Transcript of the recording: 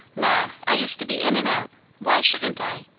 la! i used to be in and out why shouldn't i?